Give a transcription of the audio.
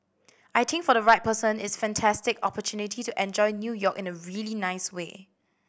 I think for the right person it's a fantastic opportunity to enjoy New York in a really nice way